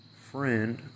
friend